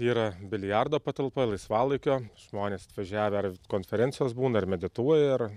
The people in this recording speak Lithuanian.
yra biliardo patalpa laisvalaikio žmonės atvažiavę ar konferencijos būna ar medituoja ar